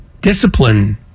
discipline